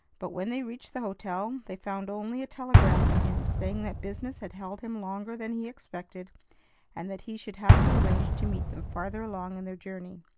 but, when they reached the hotel, they found only a telegram from him saying that business had held him longer than he expected and that he should have to arrange to meet them farther along in their journey.